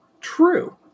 true